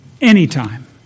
anytime